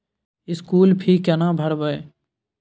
School fee केना भरबै?